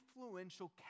influential